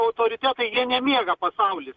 autoritetai jie nemiega pasauly